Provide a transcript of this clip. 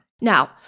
Now